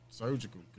Surgical